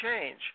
change